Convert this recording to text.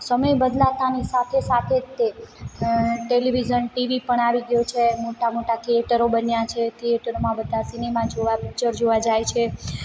સમય બદલાતાની સાથે સાથે જ તે અ ટેલિવિઝન ટીવી પણ આવી ગયું છે મોટાં મોટાં થિયેટરો બન્યાં છે થિયેટરોમાં બધા સિનેમા જોવા પિચ્ચર જોવા જાય છે